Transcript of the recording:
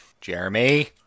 Jeremy